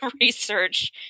research